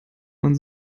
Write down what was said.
man